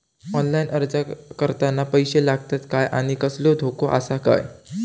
Online अर्ज करताना पैशे लागतत काय आनी कसलो धोको आसा काय?